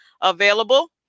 available